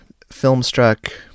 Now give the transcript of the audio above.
filmstruck